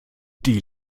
die